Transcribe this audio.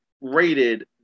rated